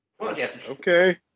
Okay